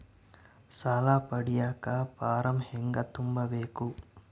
ಸಾಲ ಪಡಿಯಕ ಫಾರಂ ಹೆಂಗ ತುಂಬಬೇಕು?